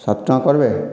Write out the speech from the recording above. ସାତ୍ ଟଙ୍କା କର୍ବେ